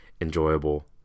enjoyable